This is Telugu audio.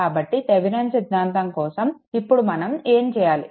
కాబట్టి థెవెనిన్ సిద్ధాంతం కోసం ఇప్పుడు మనం ఏం చేయాలి